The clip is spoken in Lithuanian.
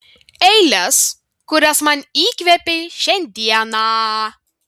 eiles kurias man įkvėpei šiandieną